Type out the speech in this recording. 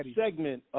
segment